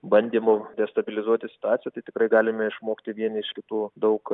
bandymų destabilizuoti situaciją tai tikrai galime išmokti vieni iš kitų daug